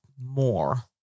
more